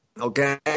okay